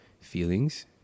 feelings